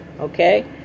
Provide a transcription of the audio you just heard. okay